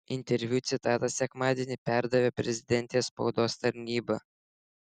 interviu citatas sekmadienį perdavė prezidentės spaudos tarnyba